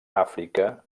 àfrica